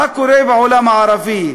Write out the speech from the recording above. מה קורה בעולם הערבי?